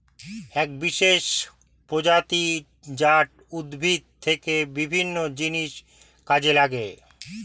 এক বিশেষ প্রজাতি জাট উদ্ভিদ থেকে বিভিন্ন জিনিস কাজে লাগে